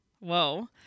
Whoa